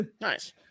Nice